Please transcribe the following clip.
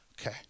okay